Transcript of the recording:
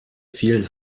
vielen